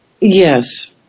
Yes